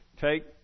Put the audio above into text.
take